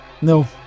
No